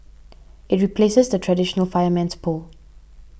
it replaces the traditional fireman's pole